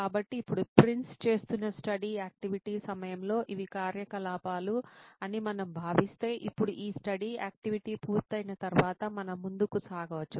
కాబట్టి ఇప్పుడు ప్రిన్స్ చేస్తున్న స్టడీ యాక్టివిటీ సమయంలో ఇవి కార్యకలాపాలు అని మనం భావిస్తే ఇప్పుడు ఈ స్టడీ యాక్టివిటీ పూర్తయిన తర్వాత మనం ముందుకు సాగవచ్చు